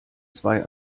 zwei